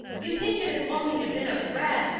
you think it is only a bit of bread,